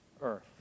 earth